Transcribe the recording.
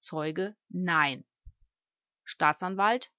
zeuge nein staatsanwalt